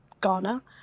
Ghana